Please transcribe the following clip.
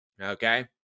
Okay